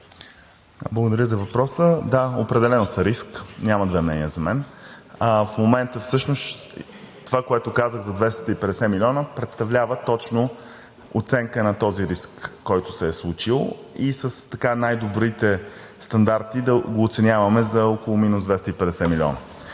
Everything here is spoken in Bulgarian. Благодаря за въпроса. Да, определено са риск – няма две мнения, за мен. В момента всъщност това, което казах за 250 милиона представлява точно оценка на този риск, който се е случил, и с така най-добрите стандарти да го оценяваме за около минус 250 милиона.